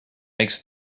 makes